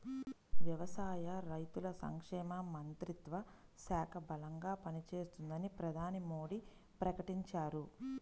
వ్యవసాయ, రైతుల సంక్షేమ మంత్రిత్వ శాఖ బలంగా పనిచేస్తుందని ప్రధాని మోడీ ప్రకటించారు